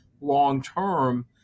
long-term